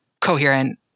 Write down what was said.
coherent